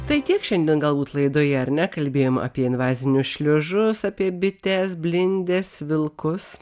tai tiek šiandien galbūt laidoje ar ne kalbėjom apie invazinius šliužus apie bites blindes vilkus